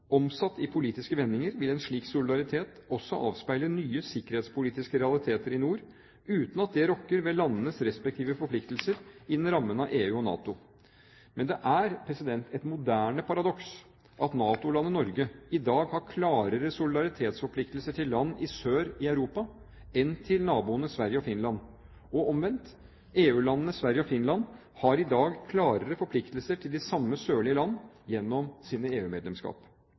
Omsatt i politiske vendinger vil en slik solidaritet også avspeile nye sikkerhetspolitiske realiteter i nord uten at det rokker ved landenes respektive forpliktelser innen rammen av EU og NATO. Men det er et moderne paradoks at NATO-landet Norge i dag har klarere solidaritetsforpliktelser til land i sør i Europa enn til naboene Sverige og Finland – og omvendt: EU-landene Sverige og Finland har i dag klarere forpliktelser til de samme sørlige land gjennom sine